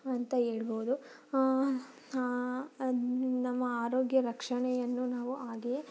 ಅಂತ ಹೇಳ್ಬೋದು ನಮ್ಮ ಆರೋಗ್ಯ ರಕ್ಷಣೆಯನ್ನು ನಾವು ಹಾಗೆಯೇ